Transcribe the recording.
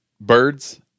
birds